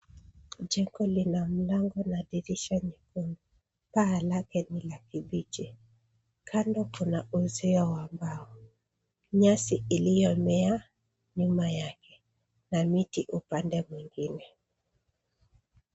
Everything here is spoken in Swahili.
Jengo lina mlango na dirisha mikuu .Paa Lake ni la kibichi ,kando kuna uzio wa mbao ,nyasi iliyomea nyuma yake na miti upande mwingine.